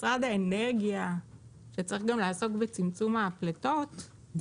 שמשרד האנרגיה שצריך גם לעסוק בצמצום הפליטות,